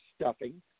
stuffing